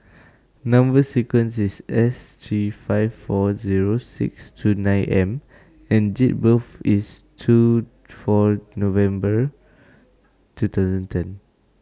Number sequence IS S three five four Zero six two nine M and Date of birth IS two four November two thousand ten